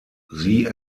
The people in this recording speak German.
sie